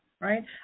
right